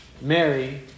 Mary